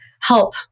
help